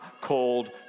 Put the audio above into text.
called